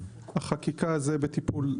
החקיקה זה בטיפול,